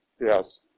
yes